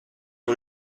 lui